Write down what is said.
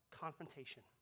confrontation